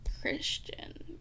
Christian